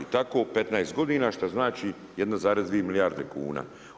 I tako 15 godina, što znači 1,2 milijarde kuna.